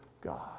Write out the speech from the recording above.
God